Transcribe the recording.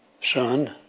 Son